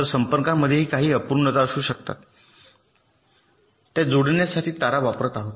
तर संपर्कांमध्ये काही अपूर्णता असू शकतात त्या जोडण्यासाठी तारा वापरत आहेत